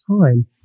time